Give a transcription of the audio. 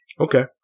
Okay